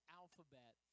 alphabet